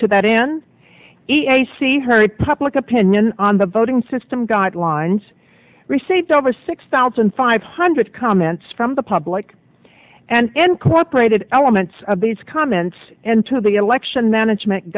to that in e s c hurried public opinion on the voting system guidelines received over six thousand five hundred comments from the public and incorporated elements of these comments and to the election management